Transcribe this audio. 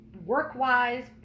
work-wise